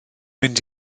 mynd